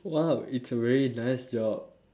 !wow! it's a really nice job